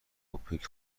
اوپک